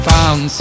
Found